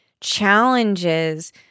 challenges